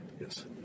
yes